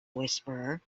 whisperer